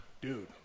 Dude